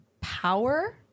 power